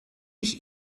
mich